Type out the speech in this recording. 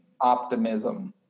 optimism